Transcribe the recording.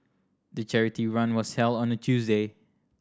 the charity run was held on a Tuesday